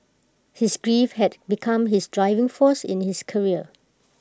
his grief had become his driving force in his career